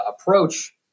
approach